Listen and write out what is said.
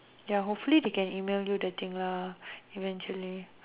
ya hopefully they can email you the thing lah eventually